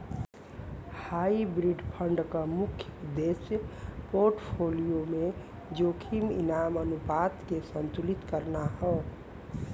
hybrid fund क मुख्य उद्देश्य पोर्टफोलियो में जोखिम इनाम अनुपात के संतुलित करना हौ